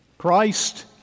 Christ